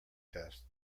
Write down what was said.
test